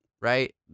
right